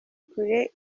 kure